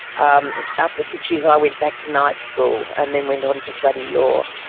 um after six years i went back to night school and then went on to study law.